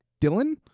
dylan